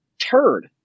turd